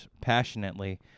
passionately